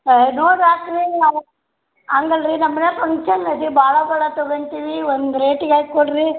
ಹಾಂ ನೋಡ್ ಹಾಕಿರಿ ನಾವು ಹಂಗಲ್ ರೀ ನಮ್ಮ ಮನೆಯಾಗ ಫಂಕ್ಷನ್ ಐತಿ ಭಾಳ ಭಾಳ ತಗೋತೀವಿ ಒಂದು ರೇಟಿಗೆ ಹಾಕ್ ಕೊಡಿರಿ